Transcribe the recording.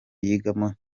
yigamo